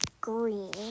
green